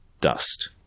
dust